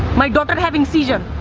my daughter having seizure.